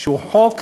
שהוא חוק